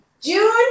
June